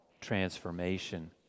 transformation